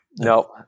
No